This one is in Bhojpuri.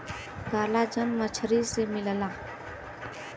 कॉलाजन मछरी से मिलला